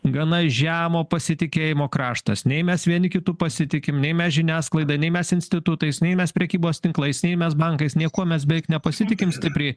gana žemo pasitikėjimo kraštas nei mes vieni kitu pasitikim nei mes žiniasklaida nei mes institutais nei mes prekybos tinklais nei mes bankais niekuo mes beveik nepasitikim stipriai